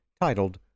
titled